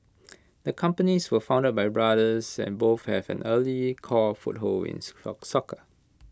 the companies were founded by brothers and both had an early core foothold in soccer